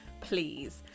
Please